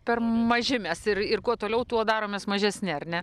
per maži mes ir ir kuo toliau tuo daromės mažesni ar ne